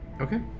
Okay